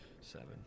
Seven